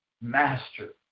Master